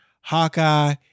Hawkeye